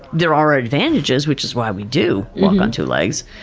there are advantages, which is why we do walk on two legs,